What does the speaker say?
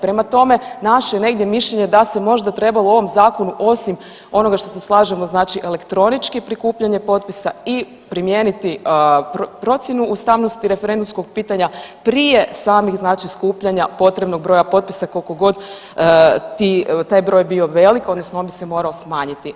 Prema tome, naše je negdje mišljenje da se možda trebalo u ovom zakonu osim onoga što se slažemo znači elektronički prikupljanje potpisa i primijeniti procjenu ustavnosti referendumskog pitanja prije samih skupljanja potrebnog broja potpisa kolikogod taj broj bio velik odnosno on bi se morao smanjiti.